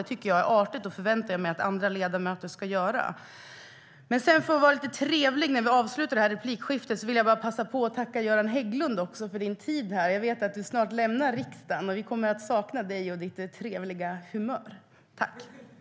Det tycker jag är artigt, och det förväntar jag mig att andra ledamöter ska göra.(ÅLDERSPRESIDENTEN: .